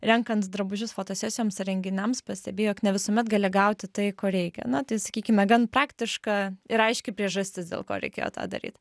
renkant drabužius fotosesijoms renginiams pastebi jog ne visuomet gali gauti tai ko reikia na tai sakykime gan praktiška ir aiški priežastis dėl ko reikėjo tą daryt